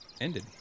ended